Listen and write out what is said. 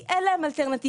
כי אין להם אלטרנטיבה,